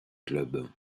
club